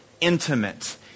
intimate